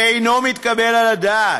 ואינו מתקבל על הדעת.